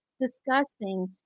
disgusting